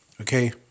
Okay